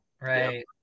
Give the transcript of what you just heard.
Right